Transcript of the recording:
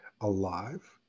alive